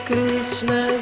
Krishna